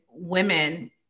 Women